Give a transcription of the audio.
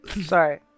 Sorry